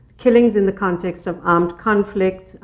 killings in the context of armed conflict.